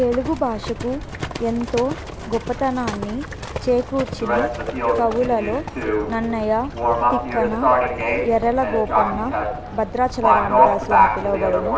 తెలుగు భాషకు ఎంతో గొప్పతనాన్ని చేకూర్చిన కవులలో నన్నయ తిక్కన ఎర్రన గోపన్న భద్రాచల రామదాసు అని పిలవబడును